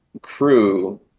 crew